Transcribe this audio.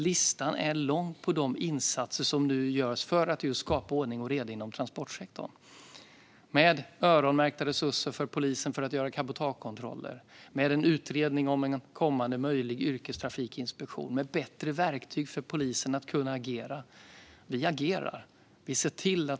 Listan är lång på de insatser som nu görs för att skapa ordning och reda inom transportsektorn med öronmärkta resurser till polisen för att göra cabotagekontroller, med en utredning om en möjlig yrkestrafikinspektion och med bättre verktyg för att polisen ska kunna agera. Vi agerar.